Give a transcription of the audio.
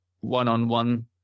one-on-one